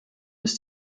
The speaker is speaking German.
ist